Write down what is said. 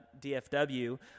DFW